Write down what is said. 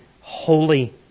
holy